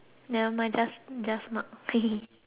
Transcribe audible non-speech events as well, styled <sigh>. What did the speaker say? just mark <laughs>